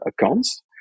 accounts